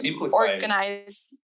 organize